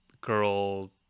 girl